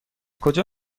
کجا